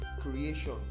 creation